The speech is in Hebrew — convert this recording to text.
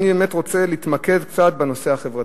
אני רוצה להתמקד קצת בנושא החברתי.